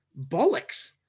bollocks